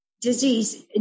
disease